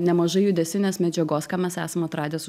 nemažai judesių nes medžiagos ką mes esam atradę su